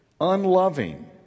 unloving